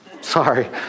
Sorry